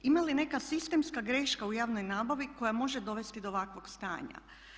Ima li neka sistemska greška u javnoj nabavi koja može dovesti do ovakvog stanja?